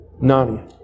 None